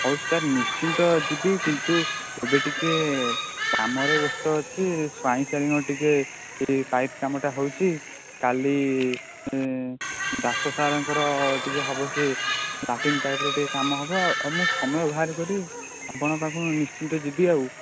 ହଉ ସାର୍ ନିଶ୍ଚିନ୍ତ ଯିବି କିନ୍ତୁ ଏବେ ଟିକେ କାମରେ ବ୍ୟସ୍ତ ଅଛି ସ୍ୱାଇଁ ସାର୍ଙ୍କ ଘରେ ପାଇପ୍ କାମଟା ହେଉଛି କାଲି ଦାସ ସାର୍ଙ୍କ ହେବ ସେ ଲାଟିନ୍ ପାଇପର ଟିକେ କାମ ହେବ ମୁଁ ସମୟ ବାହାରକରି ଆପଣଙ୍କ ପାଖକୁ ନିଶ୍ଚିନ୍ତ ଯିବି ଆଉ